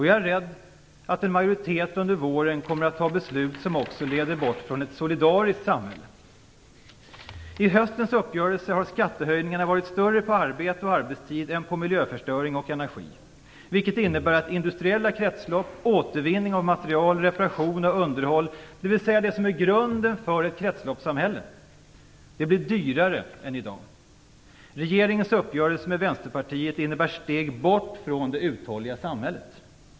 Jag är rädd att en majoritet under våren kommer att fatta beslut som också leder bort från ett solidariskt samhälle. I höstens uppgörelser har skattehöjningarna varit större på arbete och arbetstid än på miljöförstöring och energi. Det innebär att industriella kretslopp, återvinning av material, reparationer och underhåll - dvs. det som är grunden för ett kretsloppssamhälle - blir dyrare än i dag. Regeringens uppgörelse med Vänsterpartiet innebär steg bort från det uthålliga samhället.